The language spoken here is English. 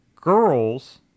girls